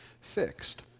fixed